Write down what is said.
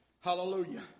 Hallelujah